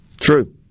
True